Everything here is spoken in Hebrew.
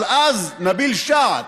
אבל אז נביל שעת',